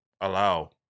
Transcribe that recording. allow